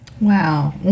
Wow